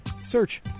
search